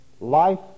Life